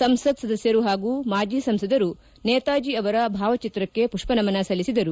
ಸಂಸತ್ ಸದಸ್ನರು ಹಾಗೂ ಮಾಜಿ ಸಂಸದರು ನೇತಾಜಿ ಅವರ ಭಾವಚಿತ್ರ ಮಷ್ಷನಮನ ಸಲ್ಲಿಸಿದರು